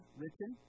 written